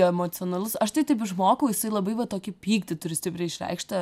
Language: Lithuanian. emocionalus aš tai taip išmokau jisai labai va tokį pyktį turi stipriai išreikštą